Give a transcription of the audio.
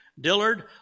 Dillard